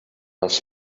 els